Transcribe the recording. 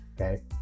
Okay